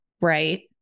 Right